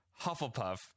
hufflepuff